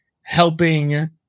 helping